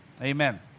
Amen